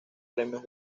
premios